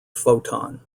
photon